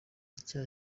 icyaha